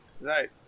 Right